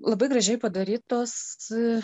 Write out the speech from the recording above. labai gražiai padarytos